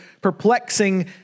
perplexing